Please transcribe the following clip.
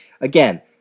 Again